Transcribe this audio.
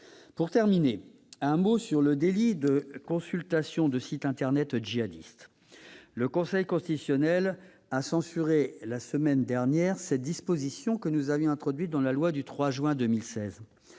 veux dire un mot sur le délit de consultation de sites internet djihadistes. Le Conseil constitutionnel a censuré la semaine dernière une disposition que nous avions introduite dans la loi du 3 juin 2016.